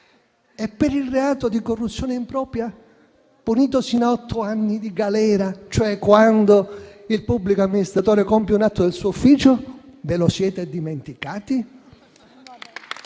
Ma per il reato di corruzione impropria, punito con otto anni di reclusione, cioè quando il pubblico amministratore compie un atto del suo ufficio, cosa accade?